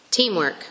Teamwork